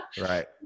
Right